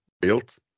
built